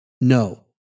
No